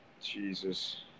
Jesus